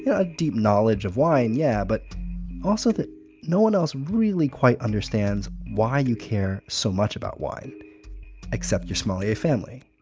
yeah a deep knowledge of wine, yeah but also that no one else really quite understands why you care so much about wine except your sommelier family.